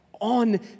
on